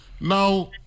Now